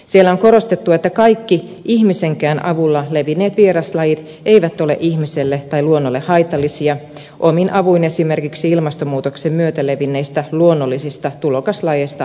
siellä on korostettu että kaikki ihmisenkään avulla levinneet vieraslajit eivät ole ihmiselle tai luonnolle haitallisia omin avuin esimerkiksi ilmastonmuutoksen myötä levinneistä luonnollisista tulokaslajeista puhumattakaan